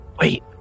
Wait